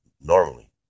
Normally